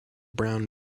brown